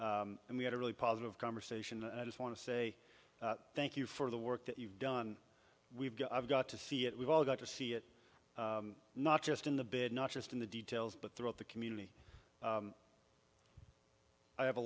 offer and we had a really positive conversation and i just want to say thank you for the work that you've done we've got i've got to see it we've all got to see it not just in the bid not just in the details but throughout the community i have a